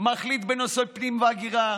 מחליט בנושאי פנים והגירה,